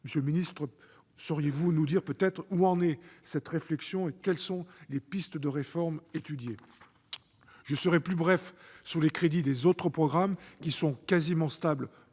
Monsieur le ministre, sauriez-vous nous dire où en est cette réflexion et quelles sont les pistes de réforme étudiées ? Je serai plus bref sur les crédits des autres programmes, qui sont quasiment stables